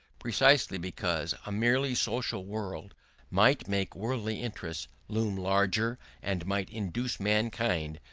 precisely because a merely social world might make worldly interests loom larger and might induce mankind,